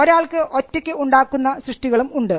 ഒരാൾ ഒറ്റയ്ക്ക് ഉണ്ടാക്കുന്ന സൃഷ്ടികളും ഉണ്ട്